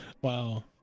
Wow